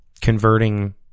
converting